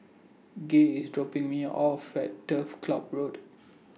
Gay IS dropping Me off At Turf Ciub Road